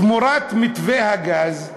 תמורת מתווה הגז,